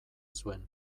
zuen